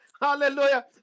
hallelujah